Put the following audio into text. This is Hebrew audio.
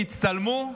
הצטלמו.